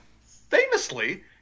famously